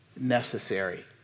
necessary